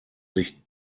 sich